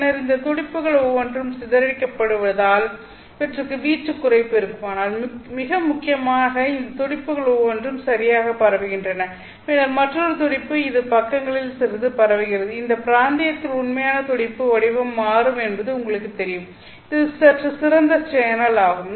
பின்னர் இந்த துடிப்புகள் ஒவ்வொன்றும் சிதறடிக்கப்படுவதால் இவற்றுக்கு வீச்சு குறைப்பு இருக்கும் ஆனால் மிக முக்கியமாக இந்த துடிப்புகள் ஒவ்வொன்றும் சரியாக பரவுகின்றன பின்னர் மற்றொரு துடிப்பு இது பக்கங்களில் சிறிது பரவுகிறது இந்த பிராந்தியத்தில் உண்மையான துடிப்பு வடிவம் மாறும் என்பது உங்களுக்குத் தெரியும் இது சற்று சிறந்த சேனல் ஆகும்